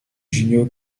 junior